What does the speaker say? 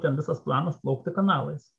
ten visas planas plaukti kanalais